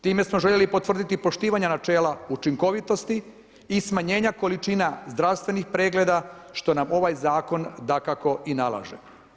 Time smo željeli potvrditi poštivanje načela učinkovitosti i smanjenja količina zdravstvenih pregleda što nam ovaj Zakon dakako i nalaže.